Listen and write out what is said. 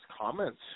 comments